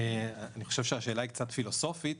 אני חושב שהשאלה היא קצת פילוסופית.